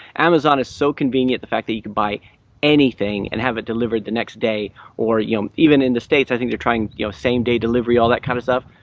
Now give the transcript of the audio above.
amazon is so convenient, the fact that you could buy anything and have it delivered the next day or even in the states, i think they're trying you know same-day delivery, all that kind of stuff.